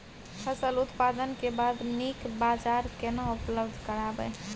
फसल उत्पादन के बाद नीक बाजार केना उपलब्ध कराबै?